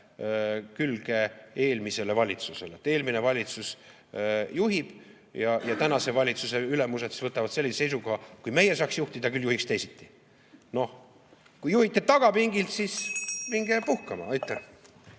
külge eelmisele valitsusele, et eelmine valitsus juhib ja tänase valitsuse ülemused võtavad sellise seisukoha, et kui meie saaks juhtida, küll siis juhiks teisiti. Kui juhite tagapingilt, siis minge puhkama. Aitäh!